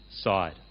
side